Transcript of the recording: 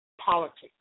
politics